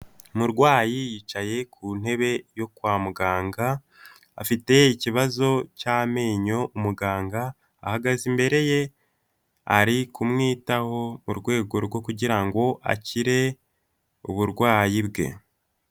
Umurwayi yicaye ku ntebe yo kwa muganga afite ikibazo cy'amenyo muganga ahagaze imbere ye ari kumwitaho mu rwego rwo kugira ngo akire uburwayi bwe.